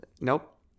nope